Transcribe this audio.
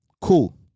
Cool